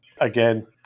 Again